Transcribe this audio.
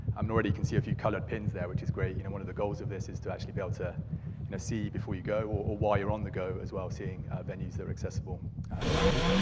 um you can see a few colored pins there, which is great. you know one of the goals of this is to actually be able to and see before you go or while you're on the go, as well as seeing venues that are accessible around you.